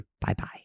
Bye-bye